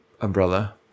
umbrella